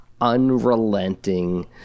unrelenting